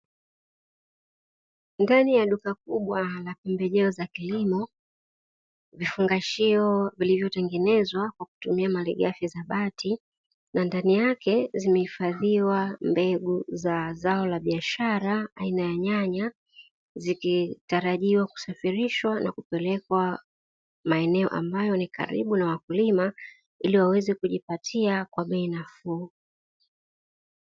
Ndani ya duka kubwa la pembejeo za kilimo, vifungashio vilivyotengenezwa kwa kutumia malighafi ya bati na ndani yake zimehifadhiwa mbegu za zao la biashara aina ya nyanya, zikitarajiwa kusafirishwa na kupelekwa maeneo ambayo ni karibu na wakulima ili waweze kujipatia kwa bei nafuu.